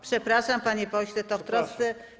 Przepraszam, panie pośle, to w trosce.